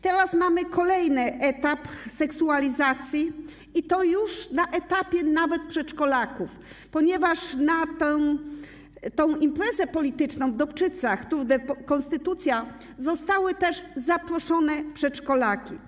Teraz mamy kolejny etap seksualizacji i to już na etapie nawet przedszkolaków, ponieważ na tę imprezę polityczną w Dobczycach Tour de Konstytucja zostały też zaproszone przedszkolaki.